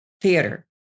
theater